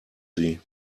sie